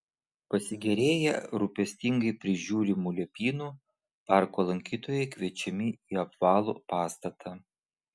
pasigėrėję rūpestingai prižiūrimu liepynu parko lankytojai kviečiami į apvalų pastatą